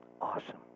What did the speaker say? Awesome